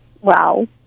wow